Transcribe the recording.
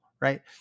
right